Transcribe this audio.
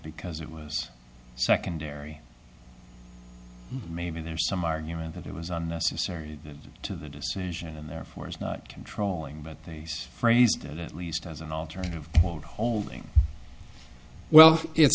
because it was secondary maybe there's some argument that it was unnecessary to the decision and therefore is not controlling but he's phrased it at least as an alternative for holding well i